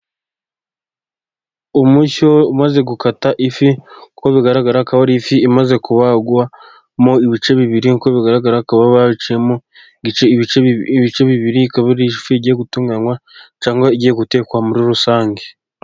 Umushyo umaze gukata ifi, nk'uko bigaragara akaba ari ifi imaze kubagwamo ibice bibiri，uko bigaragara bakaba baciyemo ibice bibiri, ikaba ifi igiye gutunganywa cyangwa igiye gutekwa muri rusange.